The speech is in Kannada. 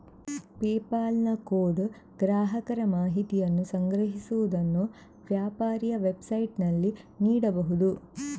ಪೆಪಾಲ್ ನ ಕೋಡ್ ಗ್ರಾಹಕರ ಮಾಹಿತಿಯನ್ನು ಸಂಗ್ರಹಿಸುವುದನ್ನು ವ್ಯಾಪಾರಿಯ ವೆಬ್ಸೈಟಿನಲ್ಲಿ ನೀಡಬಹುದು